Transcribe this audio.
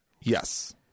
yes